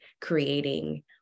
creating